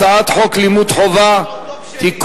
הצעת חוק לימוד חובה (תיקון,